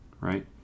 Right